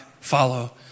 follow